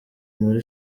muri